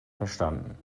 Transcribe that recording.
verstanden